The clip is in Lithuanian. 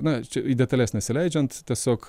na čia į detales nesileidžiant tiesiog